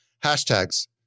Hashtags